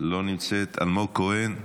לא נמצאת, אלמוג כהן,